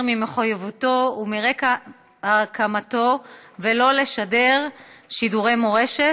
ממחויבותו ומרקע הקמתו ולא לשדר שידורי מורשת,